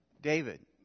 David